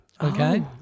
Okay